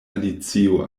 alicio